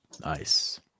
Nice